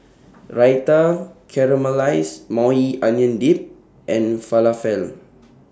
Raita Caramelized Maui Onion Dip and Falafel